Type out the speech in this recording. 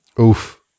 Oof